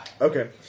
Okay